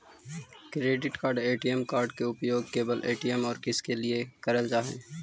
Credit card ATM card के उपयोग केवल ए.टी.एम और किसके के लिए करल जा है?